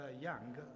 Young